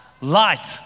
light